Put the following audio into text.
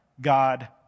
God